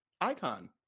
icon